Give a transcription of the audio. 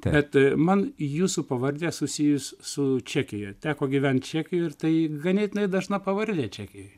bet man jūsų pavardė susijus su čekija teko gyventi čekijoj ir tai ganėtinai dažna pavardė čekijoj